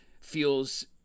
feels